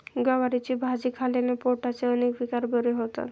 गवारीची भाजी खाल्ल्याने पोटाचे अनेक विकार बरे होतात